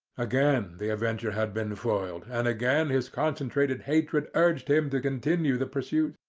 again the avenger had been foiled, and again his concentrated hatred urged him to continue the pursuit.